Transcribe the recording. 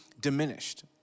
diminished